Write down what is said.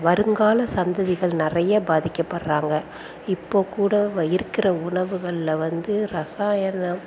வருங்கால சந்ததிகள் நெறைய பாதிக்கப்படறாங்க இப்போடு கூட வை இருக்கிற உணவுகளில் வந்து ரசாயனப்